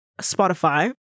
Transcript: Spotify